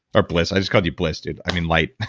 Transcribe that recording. ah bliss. i just called you bliss dude. i mean light